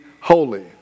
holy